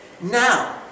Now